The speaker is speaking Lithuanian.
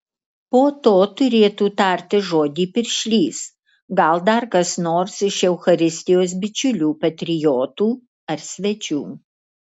po to turėtų tarti žodį piršlys gal dar kas nors iš eucharistijos bičiulių patriotų ar svečių